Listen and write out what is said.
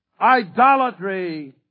idolatry